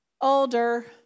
older